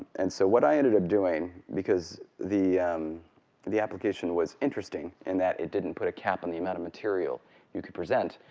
and so what i ended up doing because the the application was interesting in that it didn't put a cap on the amount of material you could present,